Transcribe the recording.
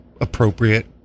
appropriate